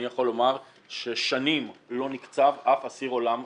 אני יכול לומר ששנים לא נקצב אף אסיר עולם ביטחוני.